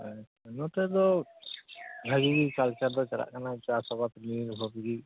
ᱱᱚᱛᱮ ᱫᱚ ᱵᱷᱟᱹᱜᱤ ᱜᱮ ᱠᱟᱞᱪᱟᱨ ᱫᱚ ᱪᱟᱞᱟᱜ ᱠᱟᱱᱟ ᱪᱟᱥ ᱟᱵᱟᱫᱽ ᱱᱤᱭᱟᱹ ᱵᱷᱳᱨ ᱜᱮ